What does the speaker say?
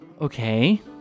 Okay